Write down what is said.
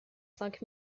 cinq